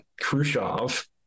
Khrushchev